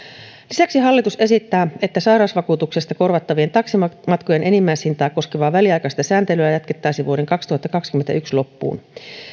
lisäksi hallitus esittää että sairausvakuutuksesta korvattavien taksimatkojen enimmäishintaa koskevaa väliaikaista sääntelyä jatkettaisiin vuoden kaksituhattakaksikymmentäyksi loppuun